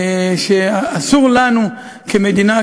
ואסור לנו כמדינה,